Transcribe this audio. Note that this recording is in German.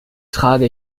trage